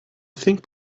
think